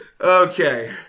Okay